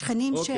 משכנים.